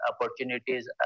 opportunities